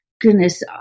goodness